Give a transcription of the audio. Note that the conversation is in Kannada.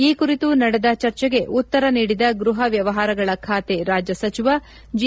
ಈ ಕುರಿತು ನಡೆದ ಚರ್ಚೆಗೆ ಉತ್ತರ ನೀಡಿದ ಗೃಹ ವ್ಲವಹಾರಗಳ ಬಾತೆ ರಾಜ್ವ ಸಚಿವ ಜಿ